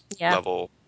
level